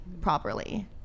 properly